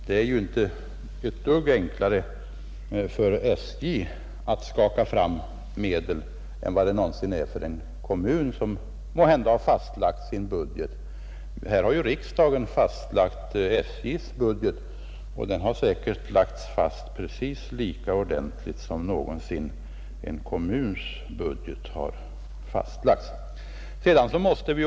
Det är inte ett dugg enklare för SJ att skaffa fram medel än vad det är för en kommun som måhända fastlagt sin budget. Riksdagen har fastlagt SJ:s budget, och den har säkert lagts fast lika ordentligt som någonsin en kommuns budget.